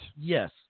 Yes